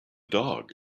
dog